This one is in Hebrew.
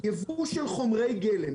ייבוא של חומרי גלם,